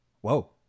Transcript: whoa